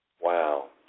Wow